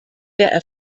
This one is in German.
der